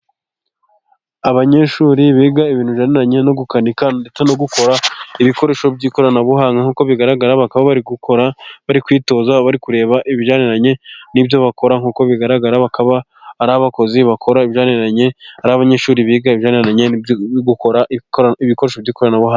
Abanyeshuri biga ibintu bigendanye no gukanika ndetse no gukora ibikoresho by'ikoranabuhanga nkuko bigaragara bakaba bari gukora, bari kwitoza, bari kureba ibigendanye n'ibyo bakora. Nkuko bigaragara bakaba ari abakozi bakora ibigendanye ari abanyeshuri biga ibigendanye gukora ibikoresho by'ikoranabuhanga.